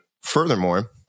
furthermore